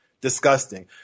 disgusting